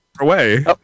away